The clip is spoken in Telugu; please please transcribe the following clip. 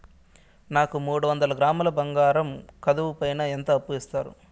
నాకు మూడు వందల గ్రాములు బంగారం కుదువు పైన ఎంత అప్పు ఇస్తారు?